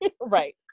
Right